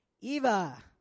Eva